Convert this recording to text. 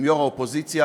עם יושב-ראש האופוזיציה.